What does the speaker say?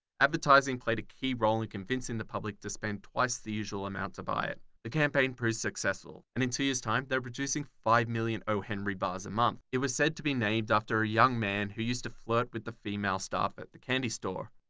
advertising played a key role in convincing the public to spend twice the usual amount to buy it. the campaign proved successful and in two years time, they were producing five million oh henry! bars a month. it was said to be named after a young man who use to flirt with the female staff at the candy store,